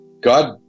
God